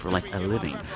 like, a living.